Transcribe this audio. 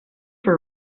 for